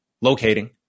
locating